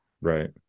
Right